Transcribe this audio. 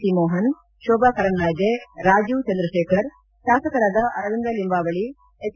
C Mohan Shobha Karandlaje Rajeev Chandrasekhar ಶಾಸಕರಾದ Arvind Limbavali H